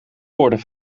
woorden